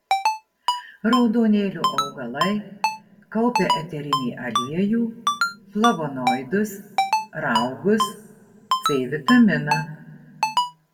raudonėlio augalai kaupia eterinį aliejų flavonoidus raugus c vitaminą